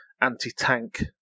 anti-tank